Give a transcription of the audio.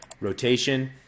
rotation